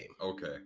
Okay